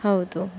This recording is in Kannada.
ಹೌದು